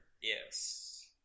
Yes